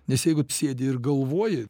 nes jeigu sėdi ir galvoji